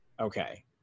Okay